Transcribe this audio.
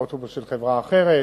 באוטובוס של חברה אחרת